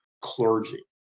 clergy